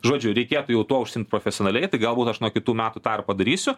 žodžiu reikėtų jau tuo užsiimt profesionaliai tai galbūt aš nuo kitų metų tą ir padarysiu